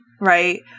Right